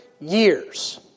years